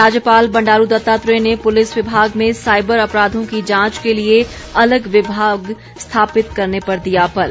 राज्यपाल बंडारू दत्तात्रेय ने पुलिस विभाग में साईबर अपराधों की जांच के लिए अलग विभाग स्थापित करने पर दिया बल